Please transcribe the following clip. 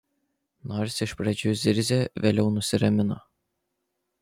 nors iš pradžių zirzė vėliau nusiramino